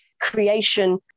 creation